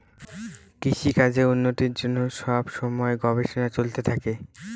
কৃষিকাজের উন্নতির জন্য সব সময় গবেষণা চলতে থাকে